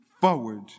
forward